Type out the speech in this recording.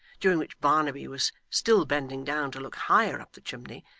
during which barnaby was still bending down to look higher up the chimney,